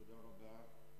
תודה רבה.